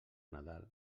nadal